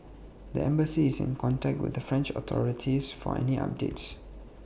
the embassy is in contact with the French authorities for any updates